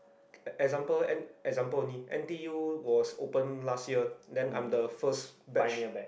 example N example only n_t_u was open last year then I'm the first batch